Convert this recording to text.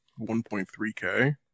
1.3k